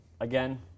Again